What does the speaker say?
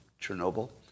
Chernobyl